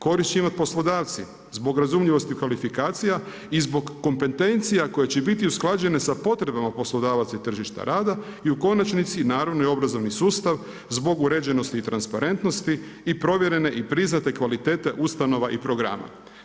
Korist će imati poslodavci zbog razumljivosti kvalifikacija i zbog kompetencija koje će biti usklađene sa potrebama poslodavaca i tržišta rada i u konačnici naravno i obrazovni sustav zbog uređenost i transparentnosti i provjerene i priznate kvalitete ustanova i programa.